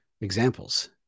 examples